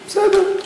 בסדר.